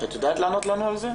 את יודעת לענות לנו על זה?